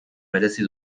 merezi